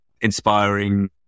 inspiring